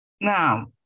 Now